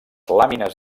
làmines